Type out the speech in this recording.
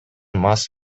мас